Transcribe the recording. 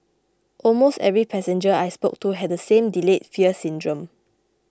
almost every passenger I spoke to had the same delayed fear syndrome